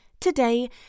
today